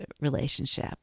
relationship